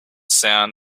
sound